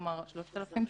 כלומר 3,000 שקלים.